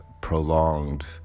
prolonged